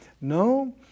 No